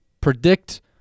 predict